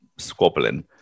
squabbling